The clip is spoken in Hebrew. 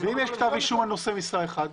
ואם יש כתב אישום על נושא משרה אחד?